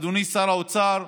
אדוני שר האוצר,